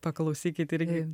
paklausykit irgi